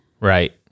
Right